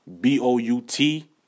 B-O-U-T